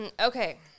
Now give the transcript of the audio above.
okay